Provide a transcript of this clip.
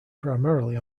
primarily